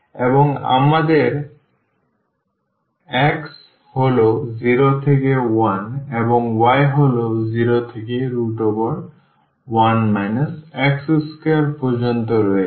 এবং তারপরে আমাদের x হল 0 থেকে 1 এবং y হল 0 থেকে 1 x2 পর্যন্ত রয়েছে